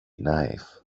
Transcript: knife